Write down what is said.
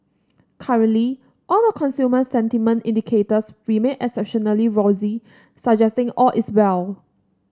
currently all the consumer sentiment indicators remain exceptionally rosy suggesting all is well